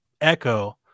echo